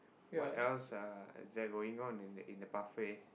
what else uh is there going on in the in the pathway